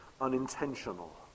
unintentional